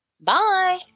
Bye